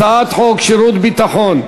הצעת חוק שירות ביטחון (תיקון,